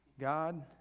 God